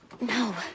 No